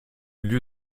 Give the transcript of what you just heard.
lieu